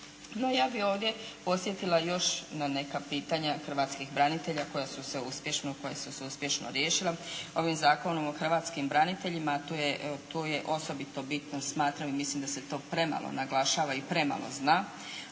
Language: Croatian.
Ja bih ovdje podsjetila još na neka pitanja hrvatskih branitelja koja su se uspješno riješila, ovim zakonom o hrvatskim braniteljima tu je osobito bitno, smatramo mislim da se to premalo naglašava i premalo zna,